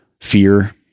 fear